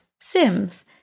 Sims